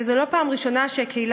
וזו לא הפעם הראשונה שהקהילה